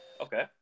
Okay